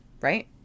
right